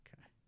Okay